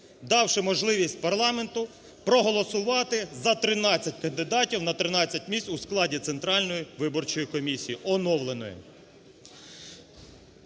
давши можливість парламенту проголосувати за 13 кандидатів на 13 місць у складі Центральної виборчої комісії, оновленої.